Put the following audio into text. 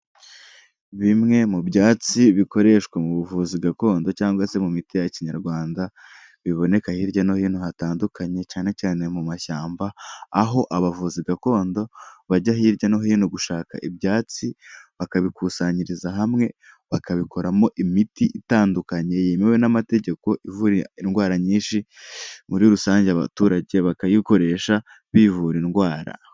Bimwe mu byatsi bikoreshwa mu buvuzi gakondo cyangwag se mu miti Kinyarwanda biboneka hirya no hino hatandukanye cyane cyane mu mashyamba, aho abavuzi gakondo bajya hirya no hino gushaka ibyatsi bakabikusanyiriza hamwe, bakabikoramo imiti itandukanye yemewe n'amategeko, ivura indwara nyinshi muri rusange abaturage bakayikoresha bivura indwara.